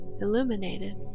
illuminated